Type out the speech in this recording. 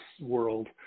world